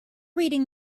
reading